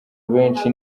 benshi